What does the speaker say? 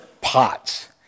pots